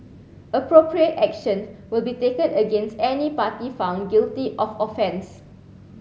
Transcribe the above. appropriate action will be taken against any party found guilty of offence